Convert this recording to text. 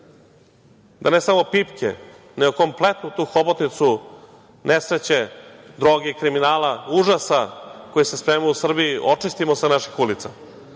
da ne samo pipke, nego kompletnu tu hobotnicu nesreće, droge i kriminala, užasa koji se sprema u Srbiji, očistimo sa naših ulica,